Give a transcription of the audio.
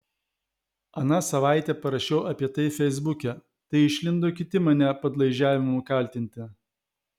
aną savaitę parašiau apie tai feisbuke tai išlindo kiti mane padlaižiavimu kaltinti